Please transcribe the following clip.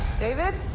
david